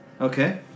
Okay